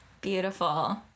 Beautiful